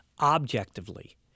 objectively